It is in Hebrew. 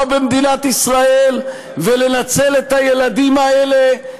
במדינת ישראל ולנצל את הילדים האלה,